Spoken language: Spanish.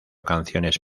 canciones